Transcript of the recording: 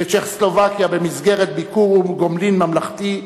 בצ'כוסלובקיה במסגרת ביקור גומלין ממלכתי,